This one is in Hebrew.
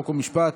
חוק ומשפט